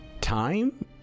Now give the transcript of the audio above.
Time